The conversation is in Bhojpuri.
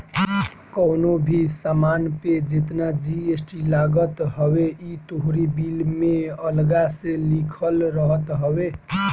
कवनो भी सामान पे जेतना जी.एस.टी लागत हवे इ तोहरी बिल में अलगा से लिखल रहत हवे